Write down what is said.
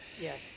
Yes